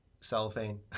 cellophane